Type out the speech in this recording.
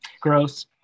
gross